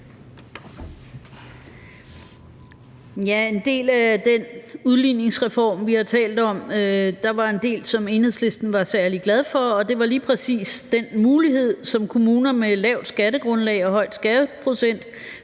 (EL): I den udligningsreform, vi har talt om, var der en del, som Enhedslisten var særlig glad for, og det var lige præcis den mulighed, som kommuner med lavt skattegrundlag og høj skatteprocent